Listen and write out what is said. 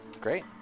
great